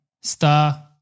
star